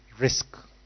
risk